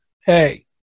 hey